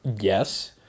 Yes